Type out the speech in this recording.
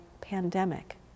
pandemic